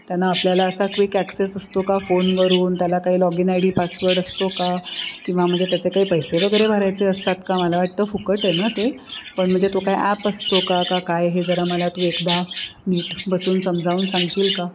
त्यांना आपल्याला असा क्विक ॲक्सेस असतो का फोनवरून त्याला काही लॉगिन आय डी पासवर्ड असतो का किंवा म्हणजे त्याचे काही पैसे वगैरे भरायचे असतात का मला वाटतं फुकट आहे ना ते पण म्हणजे तो काय ॲप असतो का काय हे जरा मला तू एकदा नीट बसून समजावून सांगशील का